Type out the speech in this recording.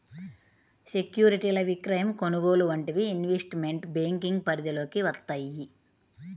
సెక్యూరిటీల విక్రయం, కొనుగోలు వంటివి ఇన్వెస్ట్మెంట్ బ్యేంకింగ్ పరిధిలోకి వత్తయ్యి